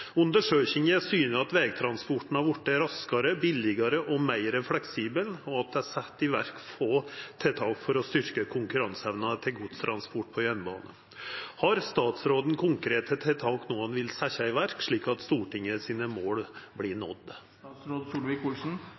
Undersøkinga syner at vegtransporten har vorte raskare, billigare og meir fleksibel, og det er sett i verk få tiltak for å styrkje konkurranseevna til godstransporten på jernbana. Har statsråden konkrete tiltak han vil setje i verk, slik at Stortinget sine mål vert nådde?» Det er et viktig tema som blir